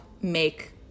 make